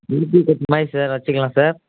cutting மாதிரி sir வைச்சுக்கலாம் sir